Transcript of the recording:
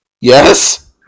Yes